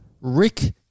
Rick